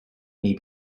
may